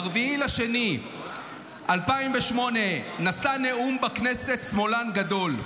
ב-4 בפברואר 2008 נשא נאום בכנסת שמאלן גדול: